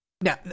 now